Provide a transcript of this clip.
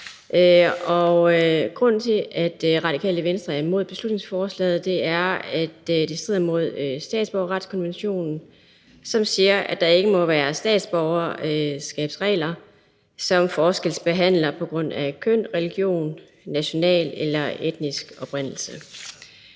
Grunden til, at Radikale Venstre er imod beslutningsforslaget, er, at det strider mod statsborgerretskonventionen, som siger, at der ikke må være statsborgerskabsregler, som forskelsbehandler på grund af køn, religion, national eller etnisk oprindelse.